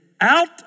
out